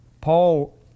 Paul